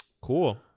cool